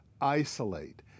isolate